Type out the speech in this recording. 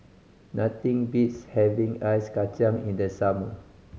nothing beats having Ice Kachang in the summer